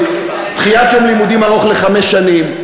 דחיית יום לימודים ארוך לחמש שנים.